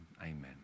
amen